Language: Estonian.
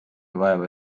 vaeva